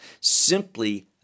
simply